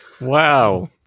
Wow